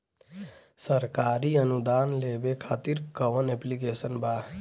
सरकारी अनुदान लेबे खातिर कवन ऐप्लिकेशन बा?